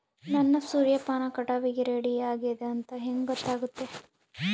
ನನ್ನ ಸೂರ್ಯಪಾನ ಕಟಾವಿಗೆ ರೆಡಿ ಆಗೇದ ಅಂತ ಹೆಂಗ ಗೊತ್ತಾಗುತ್ತೆ?